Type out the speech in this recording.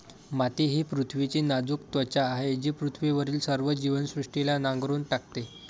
माती ही पृथ्वीची नाजूक त्वचा आहे जी पृथ्वीवरील सर्व जीवसृष्टीला नांगरून टाकते